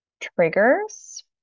triggers